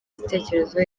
gitekerezo